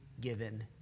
given